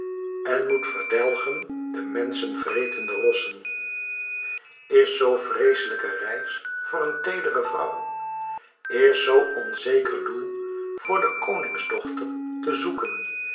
en moet verdelgen de menschen vretende rossen is zoo vreeslijke reis voor een teedere vrouw is zoo onzeker doel door de koningsdochter te zoeken